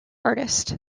artist